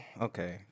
Okay